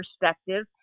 perspective